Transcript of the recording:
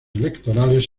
electorales